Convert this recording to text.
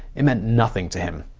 it meant nothing to him.